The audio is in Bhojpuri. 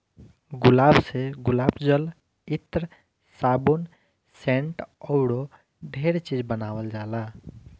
गुलाब से गुलाब जल, इत्र, साबुन, सेंट अऊरो ढेरे चीज बानावल जाला